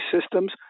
systems